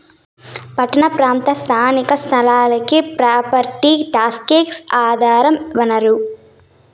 పట్టణ ప్రాంత స్థానిక సంస్థలకి ప్రాపర్టీ టాక్సే ఆదాయ వనరు